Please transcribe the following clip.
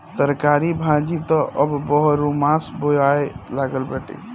तरकारी भाजी त अब बारहोमास बोआए लागल बाटे